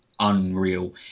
unreal